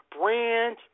brand